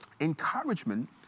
encouragement